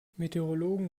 meteorologen